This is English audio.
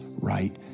right